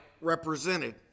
represented